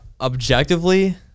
objectively